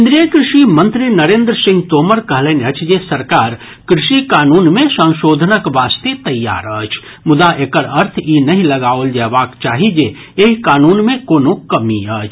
केन्द्रीय कृषि मंत्री नरेन्द्र सिंह तोमर कहलनि अछि जे सरकार कृषि कानून मे संशोधनक वास्ते तैयार अछि मुदा एकर अर्थ ई नहि लगाओल जयबाक चाही जे एहि कानून मे कोनो कमी अछि